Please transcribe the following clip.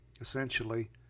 essentially